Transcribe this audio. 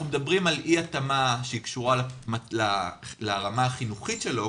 מדברים על אי התאמה שקשורה לרמה החינוכית שלו,